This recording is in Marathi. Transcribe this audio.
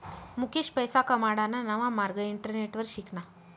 मुकेश पैसा कमाडाना नवा मार्ग इंटरनेटवर शिकना